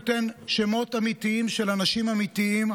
נותן שמות אמיתיים של אנשים אמיתיים,